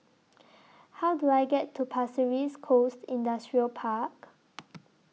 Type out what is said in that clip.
How Do I get to Pasir Ris Coast Industrial Park